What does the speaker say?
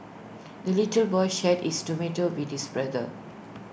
the little boy shared his tomato with his brother